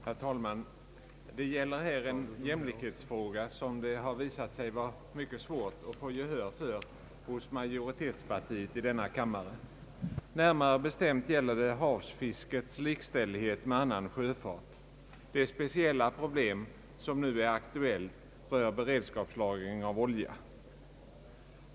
Herr talman! Det gäller här en jämlikhetsfråga, som det visat sig vara mycket svårt att få gehör för hos majoritetspartiet i denna kammare. Närmare bestämt gäller det havsfiskets likställighet med annan sjöfart. Det speciella problem som nu är aktuellt rör beredskapslagring av olja.